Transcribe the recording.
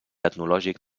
etnològic